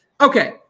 Okay